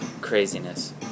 craziness